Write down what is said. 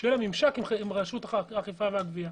שיהיה לה ממשק עם רשות האכיפה והגבייה.